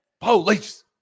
police